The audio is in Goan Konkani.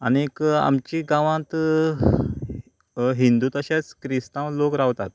आनीक आमची गांवांत हिंदू तशेंच किरिस्तांव लोक रावतात